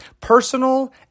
personal